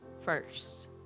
first